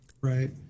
right